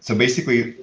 so basically,